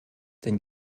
denn